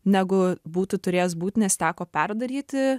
negu būtų turėjęs būt nes teko perdaryti